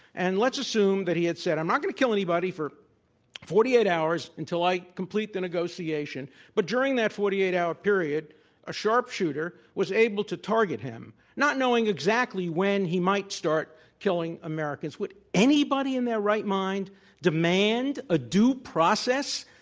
and let's assume that he had said, i'm not going to kill anybody for forty eight hours until i complete the negotiation, but during that forty eight hour period a sharpshooter was able to target him, not knowing exactly when he might start killing americans. would anybody in their right mind demand a due process